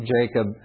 Jacob